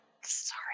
sorry